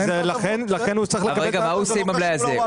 מה הוא עושה עם המלאי הזה?